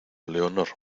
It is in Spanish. leonor